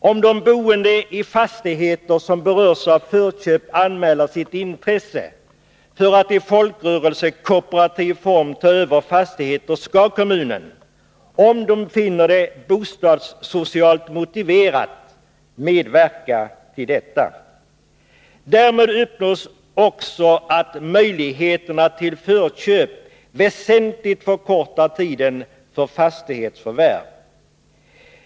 Om de boende i fastigheter som berörs av förköp anmäler sitt intresse för att i folkrörelsekooperativ form ta över fastigheterna, skall kommunen, om man finner det bostadssocialt motiverat, medverka i detta. Därmed uppnås också att möjligheterna till förköp väsentligen förkortar tiden för fastighetsförvärv.